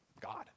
God